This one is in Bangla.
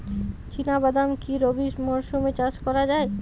চিনা বাদাম কি রবি মরশুমে চাষ করা যায়?